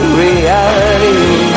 reality